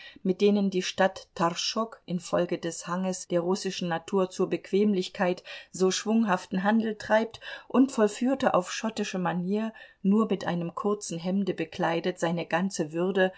mit denen die stadt torschok infolge des hanges der russischen natur zur bequemlichkeit so schwunghaften handel treibt und vollführte auf schottische manier nur mit einem kurzen hemde bekleidet seine ganze würde